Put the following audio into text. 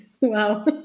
Wow